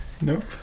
Nope